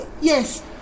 Yes